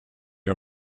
are